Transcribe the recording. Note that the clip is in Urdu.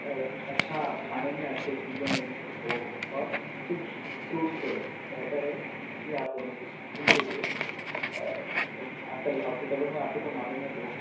کچھ اچھا کھانے میں اچھی چیزیں لین وہ اور کچھ فروٹس لے لو بہتر ہے یہ آپ دونوں کے ان کے لیے آج کل ہاسپیٹلوں میں آپ کو تو معلوم ہے لوگ